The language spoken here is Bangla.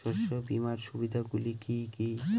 শস্য বিমার সুবিধাগুলি কি কি?